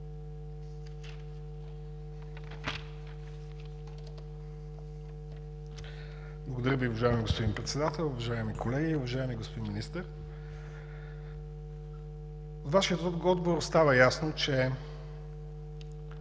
Благодаря Ви, уважаеми господин Председател. Уважаеми колеги, уважаеми господин Министър! От Вашия отговор става ясно, а